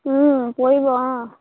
পৰিব অঁ